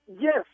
yes